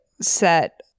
set